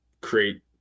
create